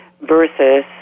versus